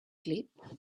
sleep